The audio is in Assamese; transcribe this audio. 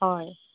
হয়